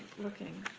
looking.